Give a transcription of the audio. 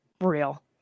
real